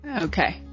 okay